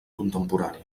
contemporània